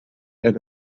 and